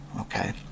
okay